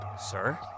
Sir